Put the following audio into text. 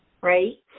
right